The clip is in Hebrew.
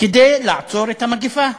כדי לעצור את המגפה,